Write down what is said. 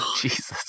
Jesus